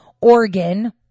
organ